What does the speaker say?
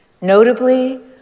Notably